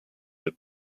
the